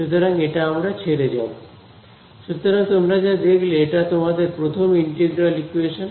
সুতরাং এটা আমরা ছেড়ে যাব সুতরাং তোমরা যা দেখলে এটা তোমাদের প্রথম ইন্টিগ্রাল ইকোয়েশন